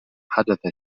حدث